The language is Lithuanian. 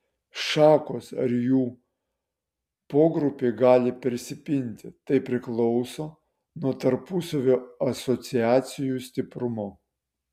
šakos ar jų pogrupiai gali persipinti tai priklauso nuo tarpusavio asociacijų stiprumo